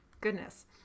Goodness